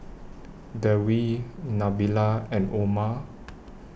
Dewi Nabila and Omar